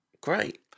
Great